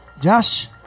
Josh